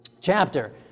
chapter